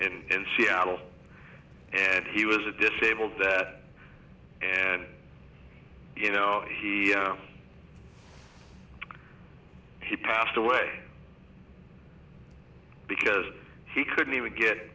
in in seattle and he was a disabled vet and you know he she passed away because he couldn't even get